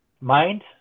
mind